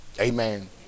amen